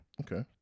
Okay